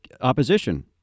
opposition